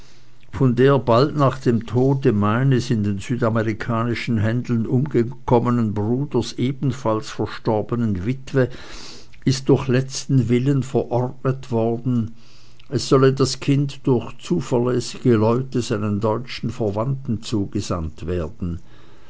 von der bald nach dem tode meines in den südamerikanischen händeln umgekommenen bruders ebenfalls verstorbenen witwe ist durch letzten willen verordnet worden es solle das kind durch zuverlässige leute seinen deutschen verwandten zugesandt werden